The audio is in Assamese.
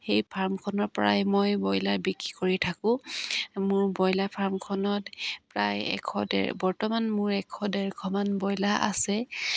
সেই ফাৰ্মখনৰপৰাই মই ব্ৰইলাৰ বিক্ৰী কৰি থাকোঁ মোৰ ব্ৰইলাৰ ফাৰ্মখনত প্ৰায় এশ ডেৰ বৰ্তমান মোৰ এশ ডেৰশমান ব্ৰইলাৰ আছে